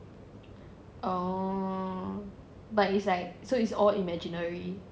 oh but it's like so it's all imaginary